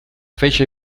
fece